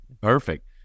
Perfect